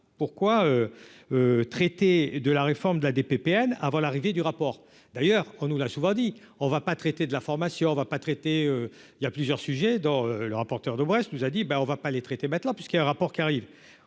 pourquoi traiter de la réforme de la des PPM avant l'arrivée du rapport d'ailleurs, on nous l'a souvent dit, on va pas traiter de l'information, on va pas traiter, il y a plusieurs sujets dans le rapporteur de Brest nous a dit : ben, on va pas les traiter matelas puisqu'il y a un rapport qui arrive,